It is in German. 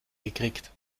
gekriegt